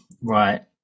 right